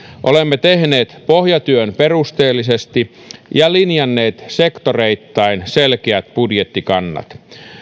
olemme tehneet pohjatyön perusteellisesti ja linjanneet sektoreittain selkeät budjettikannat